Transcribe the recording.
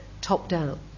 top-down